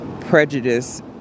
prejudice